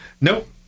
Nope